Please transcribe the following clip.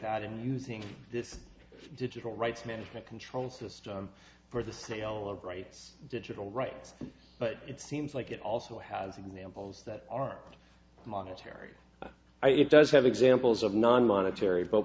that and using this digital rights management control system for the sale of rights digital rights but it seems like it also has examples that aren't monetary it does have examples of non monetary but